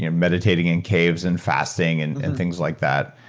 you know meditating in caves and fasting and and things like that.